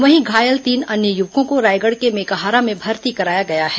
वहीं घायल तीन अन्य युवकों को रायगढ़ के मेकाहारा में भर्ती कराया गया है